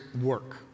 work